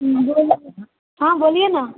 हाँ बोलिए ना